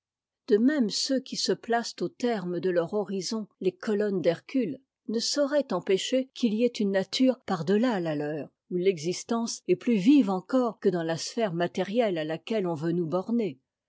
de même ceux qui placent au terme de leur horizon les colonnes d'hereute ne sauraient empêcher qu'il n'y ait une nature par delà la leur où l'existence est plus vive encore que dans la sphère matériette à laquelle on veut nous borner